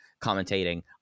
commentating